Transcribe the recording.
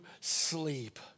sleep